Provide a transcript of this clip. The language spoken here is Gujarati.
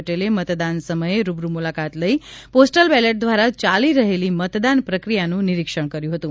પટેલે મતદાન સમયે રૂબરૂ મુલાકાત લઇ પોસ્ટલ બેલેટ દ્વારા ચાલી રહેલી મતદાન પ્રક્રિયાનું નિરીક્ષણ કર્યું હતું